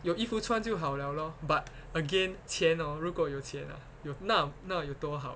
有衣服穿就好 liao lor but again 钱 orh 如果有钱啊 y~ 那那有多好